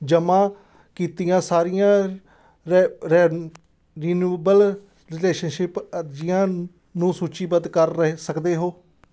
ਜਮ੍ਹਾਂ ਕੀਤੀਆਂ ਸਾਰੀਆਂ ਰਿ ਰਿ ਰਿਨਿਊਬਲ ਰਲੇਸ਼ਨਸ਼ਿਪ ਅਰਜ਼ੀਆਂ ਨੂੰ ਸੂਚੀਬੱਧ ਕਰ ਰਹੇ ਸਕਦੋ ਹੋ